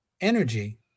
energy